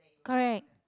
correct